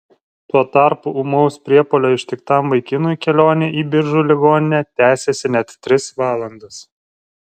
tuo tarpu ūmaus priepuolio ištiktam vaikinui kelionė į biržų ligoninę tęsėsi net tris valandas